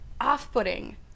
off-putting